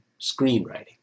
screenwriting